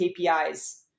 KPIs